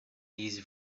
these